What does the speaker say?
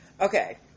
Okay